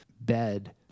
bed